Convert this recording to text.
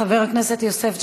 חבר הכנסת יוסף ג'בארין,